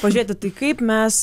pažiūrėti tai kaip mes